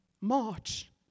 March